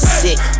sick